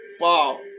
wow